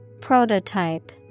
Prototype